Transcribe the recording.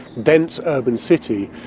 dense, urban city.